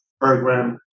program